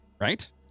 right